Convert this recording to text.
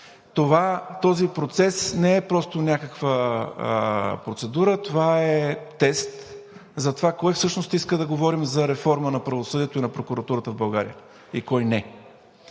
Този процес не е просто някаква процедура, това е тест за това кой всъщност иска да говорим за реформа на правосъдието и на прокуратурата в България и кой –